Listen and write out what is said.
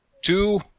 two